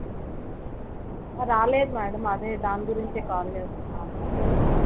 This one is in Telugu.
రాలేదు మ్యాడమ్ అదే దాని గురించే కాల్ చేస్తున్నాను